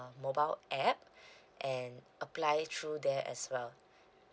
mobile app and apply through there as well